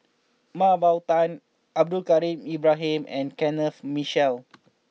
Mah Bow Tan Abdul Kadir Ibrahim and Kenneth Mitchell